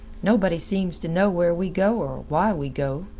nobody seems to know where we go or why we go.